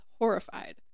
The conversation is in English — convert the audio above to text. Horrified